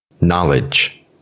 knowledge